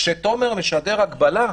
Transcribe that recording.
כשתומר משדר הגבלה,